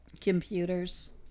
Computers